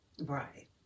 Right